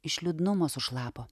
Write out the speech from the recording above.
iš liūdnumo sušlapo